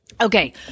Okay